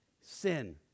sin